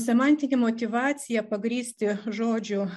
semantinė motyvacija pagrįsti žodžių